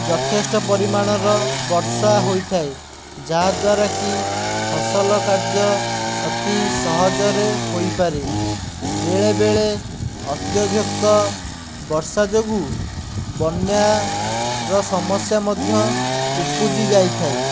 ଯଥେଷ୍ଟ ପରିମାଣର ବର୍ଷା ହୋଇଥାଏ ଯାହାଦ୍ୱାରା କି ଫସଲ କାର୍ଯ୍ୟ ଅତି ସହଜରେ ହୋଇପାରେ ବେଳେବେଳେ ଅତ୍ୟଧିକ ବର୍ଷା ଯୋଗୁଁ ବନ୍ୟାର ସମସ୍ୟା ମଧ୍ୟ ଉପୁଜି ଯାଇଥାଏ